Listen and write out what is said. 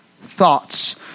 thoughts